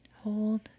Hold